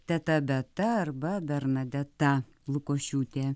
teta beta arba bernadeta lukošiūtė